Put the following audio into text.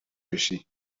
بشی